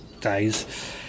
days